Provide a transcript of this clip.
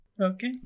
Okay